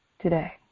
today